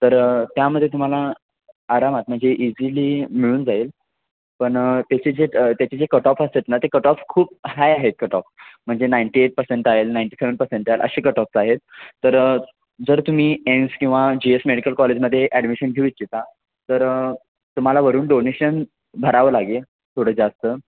तर त्यामध्ये तुम्हाला आरामात म्हणजे इझिली मिळून जाईल पन त्याचे जे त्याचे जे कटऑफ असतं ना ते कटऑफ खूप हाय आहेत कटऑफ म्हणजे ninety eight percentile ninety seven percent आल असे कटऑफस आहेत तर जर तुम्ही एन्स किंवा जी एस मेडिकल कॉलेजमध्ये ॲडमिशन घेऊ इच्छिता तर तुम्हाला वरून डोनेशन भरावं लागेल थोडं जास्त